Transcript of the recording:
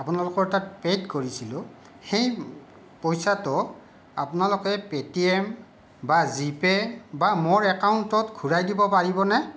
আপোনালোকৰ তাত পেইড কৰিছিলোঁ সেই পইচাটো আপোনালোকে পে' টি এম বা জি পে' বা মোৰ একাউণ্টত ঘূৰাই দিব পাৰিবনে